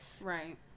Right